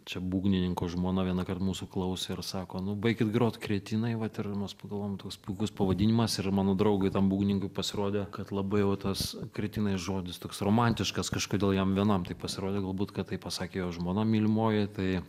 čia būgnininko žmona vienąkart mūsų klausė ar sako nu baikit grot kretinai vat ir mes pagalvojom toks puikus pavadinimas ir mano draugui tam būgnininkui pasirodė kad labai jau tas kretinai žodis toks romantiškas kažkodėl jam vienam taip pasirodė galbūt kad tai pasakė jo žmona mylimoji tai